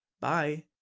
bye!